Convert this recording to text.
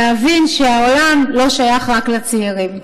להבין שהעולם לא שייך רק לצעירים."